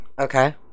Okay